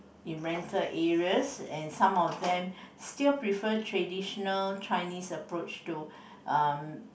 in rental areas and some of them still prefer traditional Chinese approach to